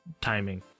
timing